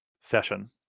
session